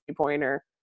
pointer